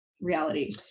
reality